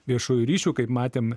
viešųjų ryšių kaip matėm